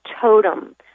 totem